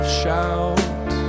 shout